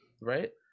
right